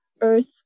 earth